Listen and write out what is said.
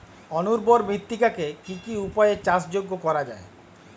অনুর্বর মৃত্তিকাকে কি কি উপায়ে চাষযোগ্য করা যায়?